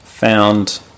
found